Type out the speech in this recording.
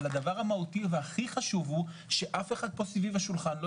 אבל הדבר המהותי והכי חשוב הוא שאף אחד פה סביב השולחן לא